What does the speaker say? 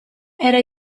era